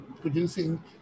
producing